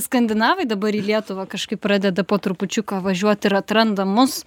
skandinavai dabar į lietuvą kažkaip pradeda po trupučiuką važiuot ir atranda mus